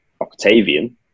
Octavian